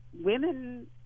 women